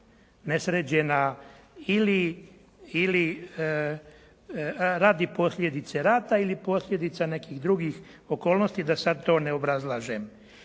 nesređena ili radi posljedice rata ili posljedica nekih drugih okolnosti, da sad to ne obrazlažem.